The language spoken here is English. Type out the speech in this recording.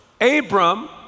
Abram